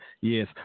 Yes